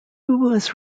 was